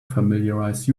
familiarize